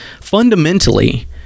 fundamentally